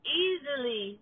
easily